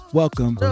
welcome